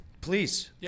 please